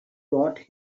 wrote